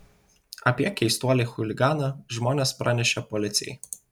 apie keistuolį chuliganą žmonės pranešė policijai